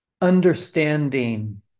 understanding